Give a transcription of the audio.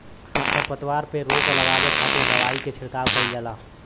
खरपतवार पे रोक लगावे खातिर दवाई के छिड़काव कईल जाला